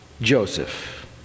Joseph